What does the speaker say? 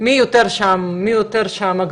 מי יותר שם אגרסיבי,